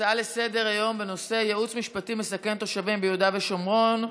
הצעות לסדר-היום בנושא: ייעוץ משפטי מסכן תושבים ביהודה ושומרון,